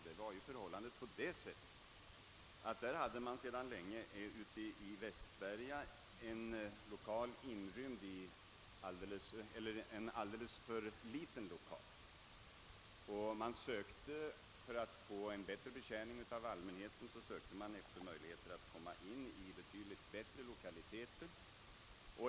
Där var ju förhållandet det, att man sedan länge i Västberga hade en alltför liten lokal och man sökte, för att kunna ge allmänheten en bättre betjäning, bättre lokaliteter.